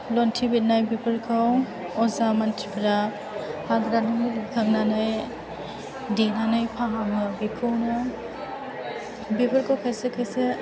लन्थि बेरनाय बेफोरखौ अजा मानसिफ्रा हाग्रानि मुलि खांनानै देनानै फाहामो बेखौनो बेफोरखौ खायसे खायसे